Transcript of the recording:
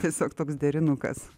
tiesiog toks derinukas